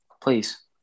Please